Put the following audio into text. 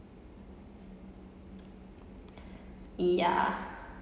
ya